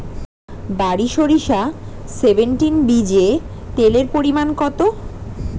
বারি সরিষা সেভেনটিন বীজে তেলের পরিমাণ কত?